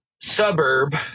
suburb